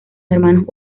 hermanos